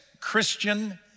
Christian